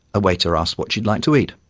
a waiter asked what she'd like to eat.